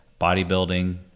bodybuilding